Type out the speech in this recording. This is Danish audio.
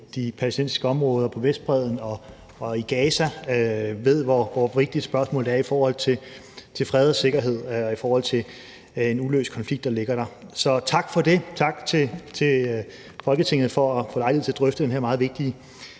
de palæstinensiske områder på Vestbredden og Gaza og ved, hvor vigtigt et spørgsmål det er i forhold til fred og sikkerhed og i forhold til en uløst konflikt, der ligger der. Så tak for det, og tak til Folketinget for at få lejlighed til at drøfte den her meget vigtige